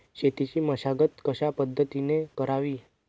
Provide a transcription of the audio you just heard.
शेतीची मशागत कशापद्धतीने करावी?